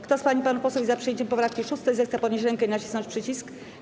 Kto z pań i panów posłów jest za przyjęciem poprawki 6., zechce podnieść rękę i nacisnąć przycisk.